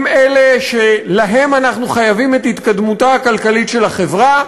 הם אלה שלהם אנחנו חייבים את התקדמותה הכלכלית של החברה,